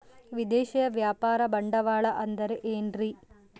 ವಿದೇಶಿಯ ವ್ಯಾಪಾರ ಬಂಡವಾಳ ಅಂದರೆ ಏನ್ರಿ?